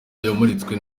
yamuritswe